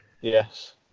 Yes